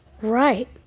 Right